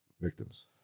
victims